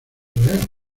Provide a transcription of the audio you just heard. real